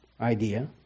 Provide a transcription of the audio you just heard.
idea